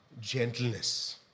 gentleness